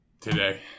today